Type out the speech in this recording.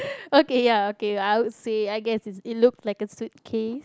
okay ya okay I would say I guess it's it looked like a suitcase